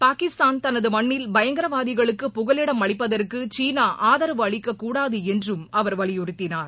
பாகிஸ்தான் தனது மண்ணில் பயங்கரவாதிகளுக்கு புகலிடம் அளிப்பதற்கு சீனா ஆதரவு அளிக்க கூடாது என்றும் அவர் வலியுறுத்தினார்